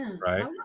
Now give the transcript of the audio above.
Right